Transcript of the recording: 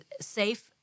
safe